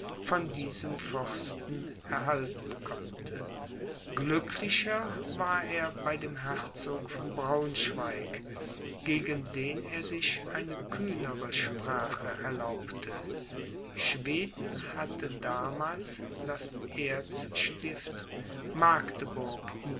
von diesem fürsten erhalten konnte glücklicher war er bei dem herzog von braunschweig gegen den er sich eine kühnere sprache erlaubte schweden hatte damals das erzstift